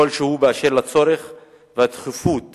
כלשהו באשר לצורך ולדחיפות